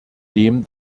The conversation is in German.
dem